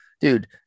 Dude